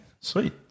sweet